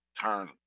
turn